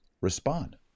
respond